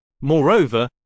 moreover